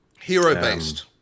Hero-based